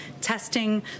testing